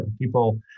people